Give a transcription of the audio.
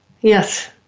Yes